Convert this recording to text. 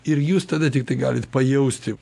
ir jūs tada tiktai galit pajausti